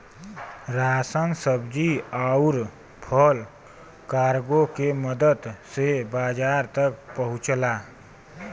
ration सब्जी आउर फल कार्गो के मदद से बाजार तक पहुंचला